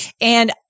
And-